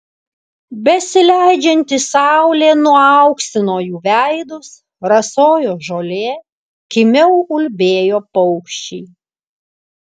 besileidžianti saulė nuauksino jų veidus rasojo žolė kimiau ulbėjo paukščiai